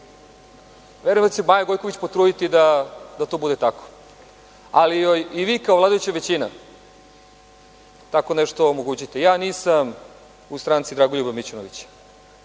Verujem da će se Maja Gojković potruditi da to bude tako, ali joj i vi, kao vladajuća većina, tako nešto omogućite. Ja nisam u stranci Dragoljuba Mićunovića.